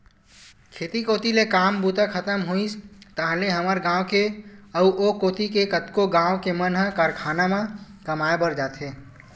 खेत कोती ले काम बूता खतम होइस ताहले हमर गाँव के अउ ओ कोती के कतको गाँव के मन ह कारखाना म कमाए बर जाथे